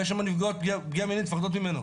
יש נפגעות פגיעה מינית, מפחדות ממנו.